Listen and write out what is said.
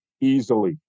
easily